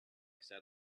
sat